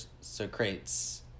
Socrates